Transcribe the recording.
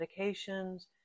medications